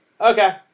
okay